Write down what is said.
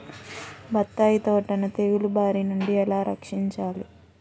బత్తాయి తోటను తెగులు బారి నుండి ఎలా రక్షించాలి?